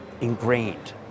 ingrained